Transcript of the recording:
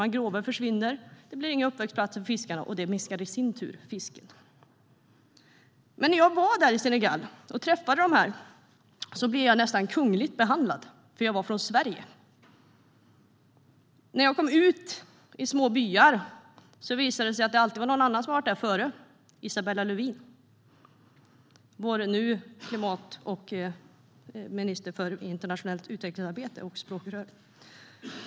Mangroven försvinner, det blir inga uppväxtplatser för fiskarna och det minskar i sin tur fisket. Men när jag var där i Senegal och träffade dessa människor blev jag nästan kungligt behandlad, för jag var från Sverige. När jag kom ut i små byar visade det sig alltid att någon annan hade varit där före mig - Isabella Lövin, vår minister för klimat och internationellt utvecklingsarbete och vårt språkrör.